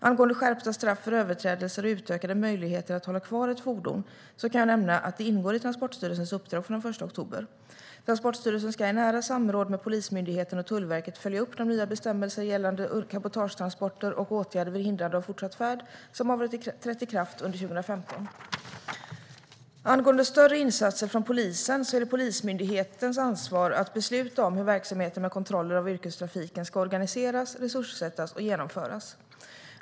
Angående skärpta straff för överträdelser och utökade möjligheter att hålla kvar ett fordon kan jag nämna att det ingår i Transportstyrelsens uppdrag från den 1 oktober. Transportstyrelsen ska i nära samråd med Polismyndigheten och Tullverket följa upp de nya bestämmelser gällande cabotagetransporter och åtgärder vid hindrande av fortsatt färd som har trätt i kraft under 2015. Angående större insatser från polisen är det Polismyndighetens ansvar att besluta om hur verksamheten med kontroller av yrkestrafiken ska organiseras, resurssättas och genomföras.